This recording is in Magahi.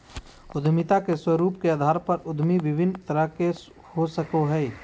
उद्यमिता के स्वरूप के अधार पर उद्यमी विभिन्न तरह के हो सकय हइ